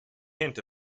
hint